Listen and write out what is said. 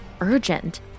urgent